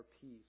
peace